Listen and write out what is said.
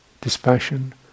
dispassion